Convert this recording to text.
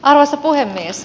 arvoisa puhemies